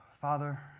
Father